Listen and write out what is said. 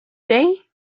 day